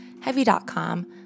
Heavy.com